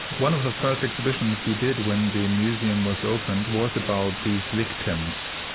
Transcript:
one of the first exhibitions we did when the museum was opened was about these victims.